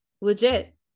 legit